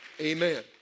Amen